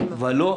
ולא,